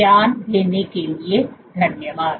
ध्यान देने के लिए धन्यवाद